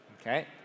Okay